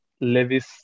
Levis